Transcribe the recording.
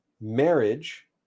marriage